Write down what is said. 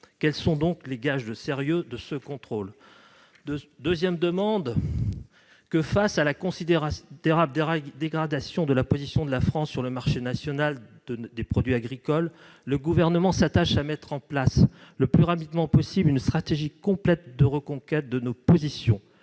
Quels sont les gages de sérieux de ce contrôle ? Ma seconde demande est que, face à la considérable dégradation de la position de la France sur le marché mondial des produits agricoles, le Gouvernement s'attache à mettre en place le plus rapidement possible une stratégie complète de reconquête de nos positions.